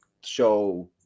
show